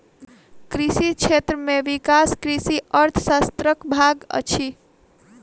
कृषि क्षेत्र में विकास कृषि अर्थशास्त्रक भाग अछि